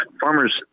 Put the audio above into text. Farmers